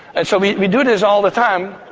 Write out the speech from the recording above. and so we we do this all the time.